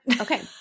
Okay